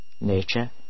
Nature